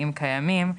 אם קיימים,